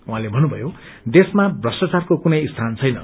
उहाँले भन्नुभयो देशमा प्रष्टाचारको कुनै स्थान छैन